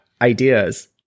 ideas